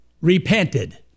repented